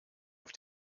auf